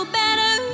better